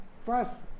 First